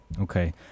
Okay